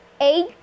eight